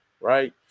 right